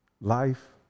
life